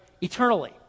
eternally